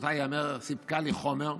לזכותה ייאמר, סיפקה לי חומר.